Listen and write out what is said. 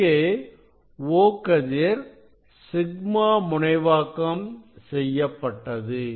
இங்கே O கதிர் σ முனைவாக்கம் செய்யப்பட்டது